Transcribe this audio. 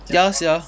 ya sia